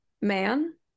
man